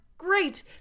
Great